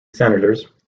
senators